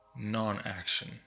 non-action